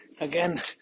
again